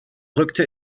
rückte